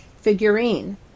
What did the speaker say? figurine